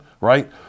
right